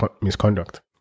misconduct